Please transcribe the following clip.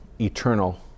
eternal